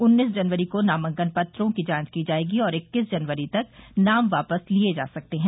उन्नीस जनवरी को नामांकन पत्रों की जांच की जायेगी और इक्कीस जनवरी तक नाम वापस लिये जा सकते हैं